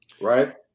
right